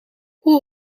hoe